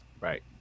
Right